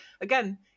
Again